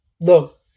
Look